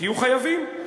תהיו חייבים.